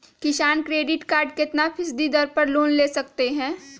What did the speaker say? किसान credit card कितना फीसदी दर पर लोन ले सकते हैं?